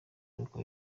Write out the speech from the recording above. iruhuko